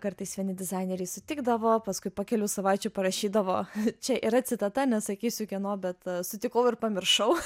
kartais vieni dizaineriai sutikdavo paskui po kelių savaičių parašydavo čia yra citata nesakysiu kieno bet sutikau ir pamiršau